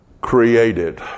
created